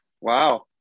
Wow